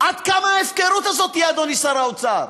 עד כמה תהיה ההפקרות הזאת, אדוני שר האוצר?